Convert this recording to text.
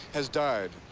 has died.